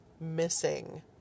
missing